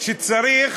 שצריך